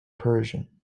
persian